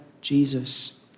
Jesus